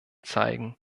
zeigen